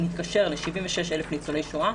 אני חושב שהנושא של ניצולי שואה